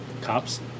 Cops